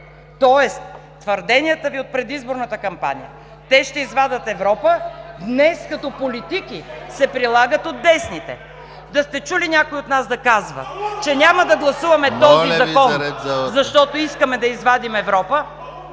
Тоест, твърденията Ви от предизборната кампания: „Те ще извадят Европа“, днес като политики се прилагат от десните. (Шум и реплики от ГЕРБ.) Да сте чули някой от нас да казва, че няма да гласуваме този закон, защото искаме да извадим Европа?